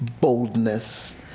boldness